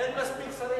אין מספיק שרים.